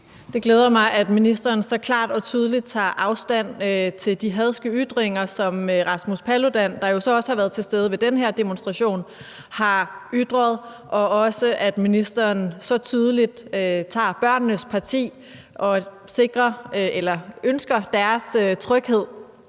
Det glæder mig, at ministeren så klart og tydeligt tager afstand fra de hadske ytringer, som Rasmus Paludan, der jo så også har været til stede ved den her demonstration, har ytret, og også at ministeren så tydeligt tager børnenes parti og ønsker deres tryghed.